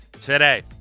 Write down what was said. today